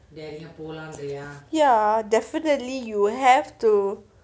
ya definitely you have to